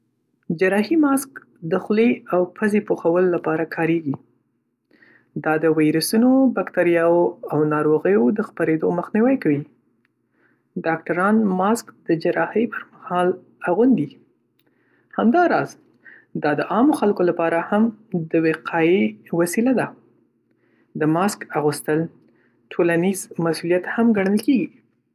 جراحي ماسک د خولې او پزې پوښلو لپاره کارېږي. دا د ویروسونو، بکتریاوو او ناروغیو د خپرېدو مخنیوی کوي. ډاکټران ماسک د جراحۍ پر مهال اغوندي. همداراز، دا د عامو خلکو لپاره هم د وقایې وسیله ده. د ماسک اغوستل ټولنیز مسؤلیت هم ګڼل کېږي.